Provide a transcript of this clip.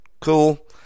cool